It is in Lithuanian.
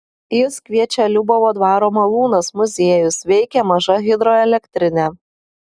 jus kviečia liubavo dvaro malūnas muziejus veikia maža hidroelektrinė